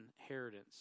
inheritance